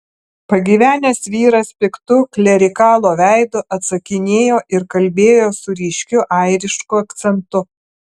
pagyvenęs vyras piktu klerikalo veidu atsakinėjo ir kalbėjo su ryškiu airišku akcentu